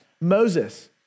Moses